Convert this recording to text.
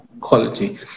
quality